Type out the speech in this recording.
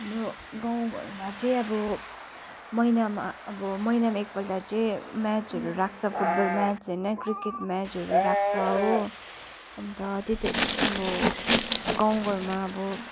हाम्रो गाउँघरमा चाहिँ अब महिनामा अब महिनामा एकपल्ट चाहिँ म्याचहरू राख्छ फुटबल म्याच होइन क्रिकेट म्याचहरू राख्छ हो अन्त त्यत अब गाउँघरमा अब